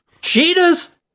Cheetahs